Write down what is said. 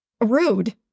rude